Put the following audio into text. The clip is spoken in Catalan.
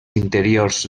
interiors